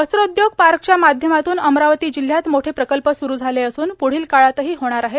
वस्त्रोद्योग पार्कच्या माध्यमातून अमरावती जिल्ह्यात मोठे प्रकल्प स्रु झाले असून प्ढील काळातही होणार आहेत